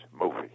movie